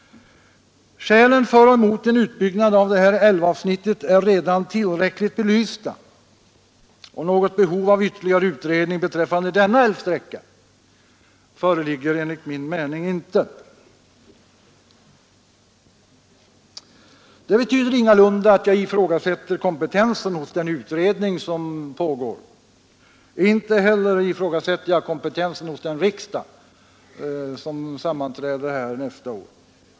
Skälen för och emot en utbyggnad av detta älvavsnitt är redan tillräckligt belysta, och något behov av ytterligare utredning beträffande denna älvsträcka föreligger enligt min mening inte. När jag säger det betyder det ingalunda att jag ifrågasätter kompetensen hos den utredning som pågår. Inte heller ifrågasätter jag kompetensen hos den riksdag som skall sammanträda här nästa år.